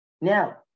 Now